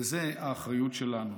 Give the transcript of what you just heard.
וזו האחריות שלנו.